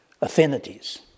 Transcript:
affinities